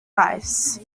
ice